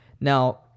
now